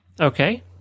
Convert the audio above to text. Okay